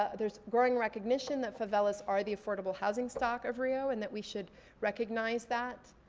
ah there's growing recognition that favelas are the affordable housing stock of rio, and that we should recognize that.